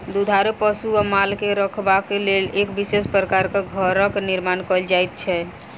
दुधारू पशु वा माल के रखबाक लेल एक विशेष प्रकारक घरक निर्माण कयल जाइत छै